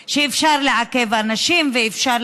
חברי הכנסת, אנחנו עדים בתקופה האחרונה לגידול